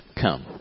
Come